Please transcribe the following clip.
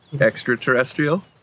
extraterrestrial